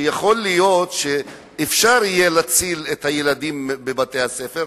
שיכול להיות שאפשר יהיה להציל את הילדים בבתי-הספר,